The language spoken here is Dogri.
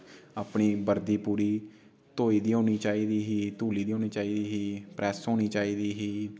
अपनी वर्दी पूरी धोई दी होनी चाहिदी ही धूली दी होनी चाहिदी ही प्रैस होनी चाहिदी ही